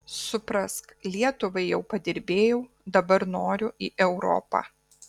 suprask lietuvai jau padirbėjau dabar noriu į europą